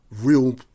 real